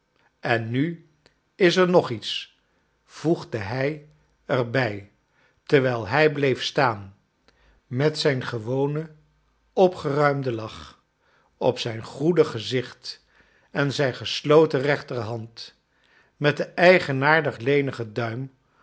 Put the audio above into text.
en nu is er nog iets voegde liij er bij terwijl hij bleef staan met zijn gewonen opgeruimden lach op zijn goedig gezicht en zijn gesloten rechterhand met den eigenaardig lenigen duim